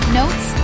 notes